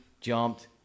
jumped